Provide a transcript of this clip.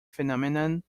phenomenon